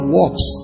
works